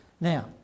Now